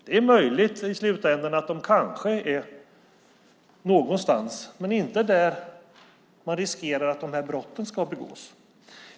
Det är möjligt att de finns någonstans, men inte där det finns risk för att de här brotten begås.